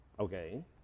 Okay